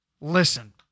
Listen